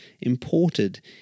imported